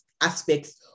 aspects